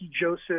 Joseph